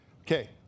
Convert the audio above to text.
okay